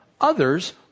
others